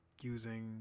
using